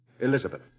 Elizabeth